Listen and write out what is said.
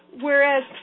whereas